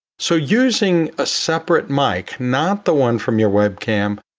so using a separate mic, not the one from your webcam,